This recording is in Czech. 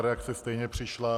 Reakce stejně přišla.